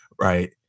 right